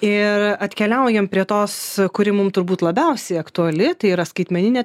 ir atkeliaujam prie tos kuri mum turbūt labiausiai aktuali tai yra skaitmeninė